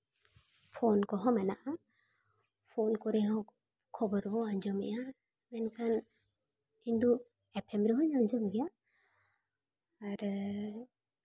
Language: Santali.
ᱯᱷᱳᱱ ᱠᱚᱦᱚᱸ ᱢᱮᱱᱟᱜᱼᱟ ᱯᱷᱳᱱ ᱠᱚᱨᱮ ᱦᱚᱸ ᱠᱷᱚᱵᱚᱨ ᱵᱚ ᱟᱸᱡᱚᱢᱮᱜᱼᱟ ᱢᱮᱱᱠᱷᱟᱱ ᱤᱧ ᱫᱚ ᱮᱯᱷᱮᱢ ᱨᱮᱦᱚᱧ ᱟᱸᱡᱚᱢ ᱜᱮᱭᱟ ᱟᱨ